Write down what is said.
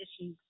issues